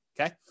okay